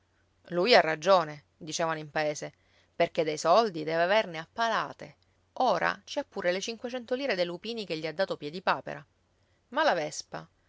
lui ha ragione dicevano in paese perché dei soldi deve averne a palate ora ci ha pure le cinquecento lire dei lupini che gli ha dato piedipapera ma la vespa